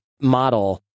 model